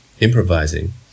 improvising